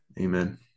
amen